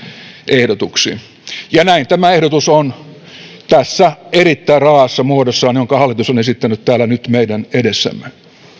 ehdotuksiin ja näin tämä ehdotus on tässä erittäin raaassa muodossaan jonka hallitus on esittänyt täällä nyt meidän edessämme